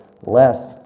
less